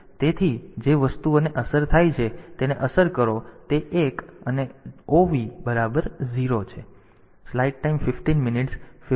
હવે તેથી જે વસ્તુઓને અસર થાય છે તેને અસર કરો તે 1 અને OV બરાબર 0 છે